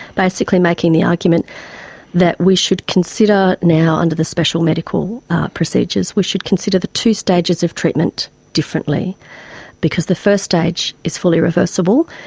basically making the argument that we should consider now under the special medical procedures, we should consider the two stages of treatment differently because the first stage is fully reversible.